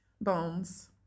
bones